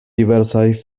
diversaj